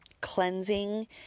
cleansing